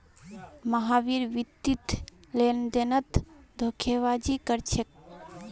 महावीर वित्तीय लेनदेनत धोखेबाजी कर छेक